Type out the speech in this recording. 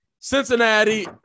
Cincinnati